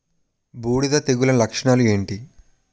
బూడిద తెగుల లక్షణాలు ఏంటి?